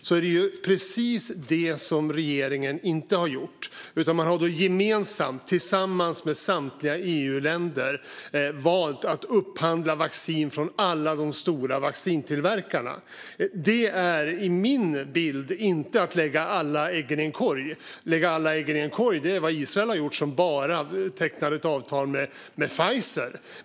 Men det är precis det som regeringen inte har gjort, utan man har gemensamt tillsammans med samtliga EU-länder valt att upphandla vaccin från alla de stora vaccintillverkarna. Enligt min bild är det inte att lägga alla ägg i samma korg. Att lägga alla ägg i samma korg är vad Israel har gjort som tecknade avtal bara med Pfizer.